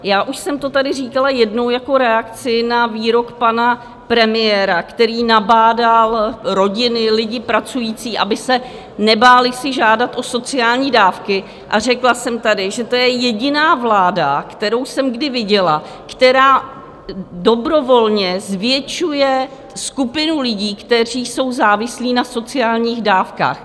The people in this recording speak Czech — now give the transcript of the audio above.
Já už jsem to tady říkala jednou jako reakci na výrok pana premiéra, který nabádal rodiny, lidi pracující, aby se nebáli si žádat o sociální dávky, a řekla jsem tady, že to je jediná vláda, kterou jsem kdy viděla, která dobrovolně zvětšuje skupinu lidí, kteří jsou závislí na sociálních dávkách.